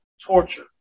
torture